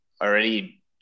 already